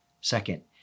Second